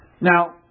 Now